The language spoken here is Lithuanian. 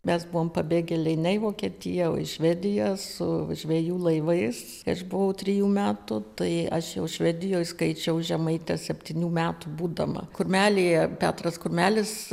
mes buvom pabėgėliai ne į vokietiją o į švediją su žvejų laivais iš buvau trejų metų tai aš jau švedijoje skaičiau žemaitę septynių metų būdama kurmelyje petras kurmelis